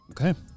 Okay